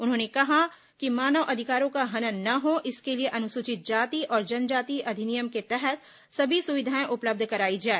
उन्होंने कहा कि मानव अधिकारों का हनन ना हो इसके लिए अनुसूचित जाति और जनजाति अधिनियम के तहत सभी सुविधाएं उपलब्ध कराई जाए